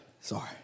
Sorry